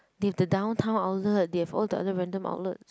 they have the Downtown outlet they have all the other random outlets